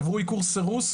עברו עיקור וסירוס,